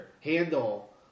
handle